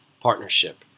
partnership